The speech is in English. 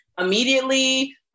immediately